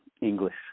English